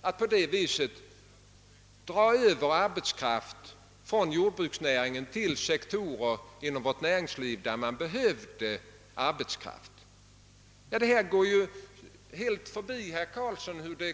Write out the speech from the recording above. att dra över arbetskraft från jordbruksnäringen till sektorer inom näringslivet som behöver arbetskraft. Dessa verkningar tycks helt gå förbi herr Karlsson i Huddinge.